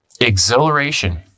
exhilaration